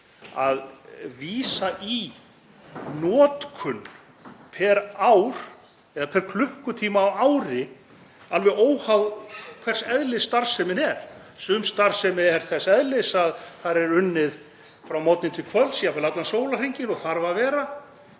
að vísa í notkun á hverju ári eða á hvern klukkutíma á ári, alveg óháð því hvers eðlis starfsemin er. Sum starfsemi er þess eðlis að þar er unnið frá morgni til kvölds, jafnvel allan sólarhringinn, og þarf að vera.